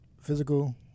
physical